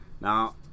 Now